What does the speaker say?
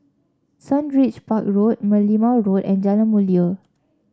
Sundridge Park Road Merlimau Road and Jalan Mulia